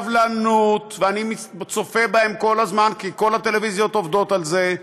בסבלנות ואני צופה בהם כל הזמן כי כל הטלוויזיות עובדות על זה,